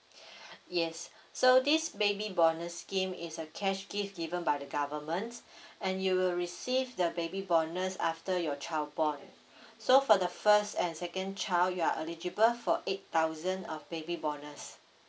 yes so this baby bonus scheme is a cash gift given by the government and you will receive the baby bonus after your child born so for the first and second child you are eligible for eight thousand of baby bonus